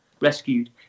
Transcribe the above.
rescued